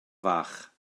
fach